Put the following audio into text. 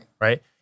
Right